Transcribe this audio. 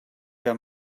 que